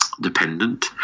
dependent